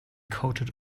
coated